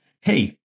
hey